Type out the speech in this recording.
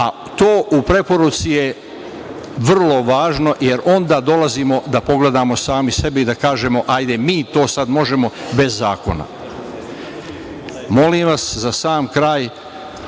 a to u preporuci je vrlo važno, jer onda dolazimo da pogledamo sami sebe i da kažemo - ajde, mi to sad možemo bez zakona. Molim vas, za sam kraj,